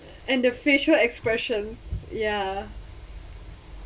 and the facial expressions ya